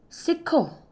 ਸਿੱਖੋ